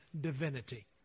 divinity